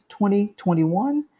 2021